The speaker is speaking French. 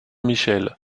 michel